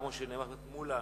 כמו שאמר חבר הכנסת מולה,